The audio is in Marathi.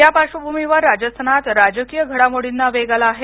या पार्श्वभूमीवर राजस्थानांत राजकीय घडामोडींना वेग आला आहे